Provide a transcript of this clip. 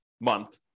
month